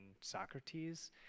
Socrates